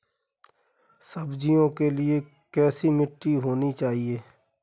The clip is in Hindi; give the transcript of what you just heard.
सब्जियों के लिए कैसी मिट्टी होनी चाहिए?